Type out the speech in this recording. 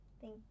Thank